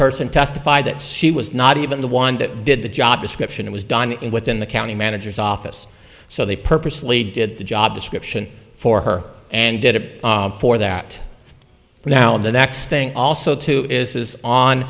person testified that she was not even the one that did the job description it was done in within the county manager's office so they purposely did the job description for her and did it for that now and the next thing also to is is on